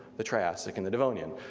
the triassic and the devonian,